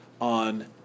on